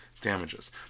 damages